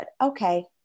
Okay